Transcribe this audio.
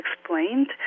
explained